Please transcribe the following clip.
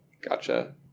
Gotcha